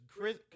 Chris